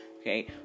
okay